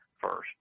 first